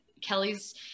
Kelly's